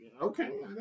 Okay